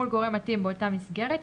מול גורם מתאים באותה מסגרת,